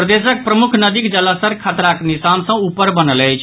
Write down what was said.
प्रदेशक प्रमुख नदीक जलस्तर खतराक निशान सँ ऊपर बनल अछि